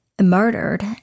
murdered